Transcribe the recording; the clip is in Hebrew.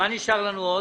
מה נשאר לנו עוד?